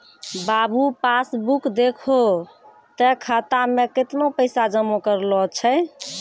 बाबू passbook देखहो तें खाता मे कैतना पैसा जमा करलो छै